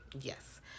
yes